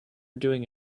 doing